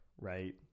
right